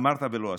אמרת ולא עשית.